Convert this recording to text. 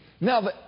Now